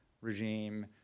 regime